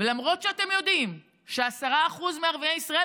ולמרות שאתם יודעים ש-10% מערביי ישראל,